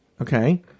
okay